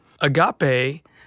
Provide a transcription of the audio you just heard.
Agape